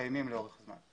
לאורך זמן.